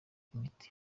imiti